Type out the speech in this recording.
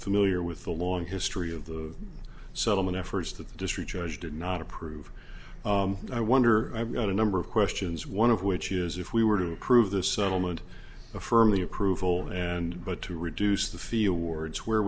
familiar with a long history of the settlement efforts that the district judge did not approve and i wonder i've got a number of questions one of which is if we were to approve the settlement of firmly approval and but to reduce the field wards where